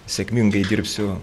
sėkmingai dirbsiu